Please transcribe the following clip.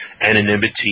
anonymity